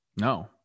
No